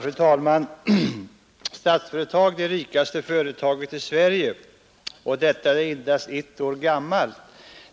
Fru talman! Statsföretag det rikaste företaget i Sverige — och det är endast ett år gammalt;